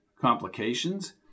Complications